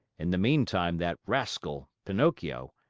in the meantime that rascal, pinocchio,